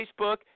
Facebook